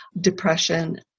depression